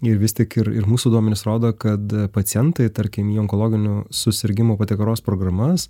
ir vis tik ir ir mūsų duomenys rodo kad pacientai tarkim į onkologinių susirgimų patikros programas